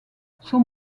son